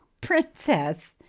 Princess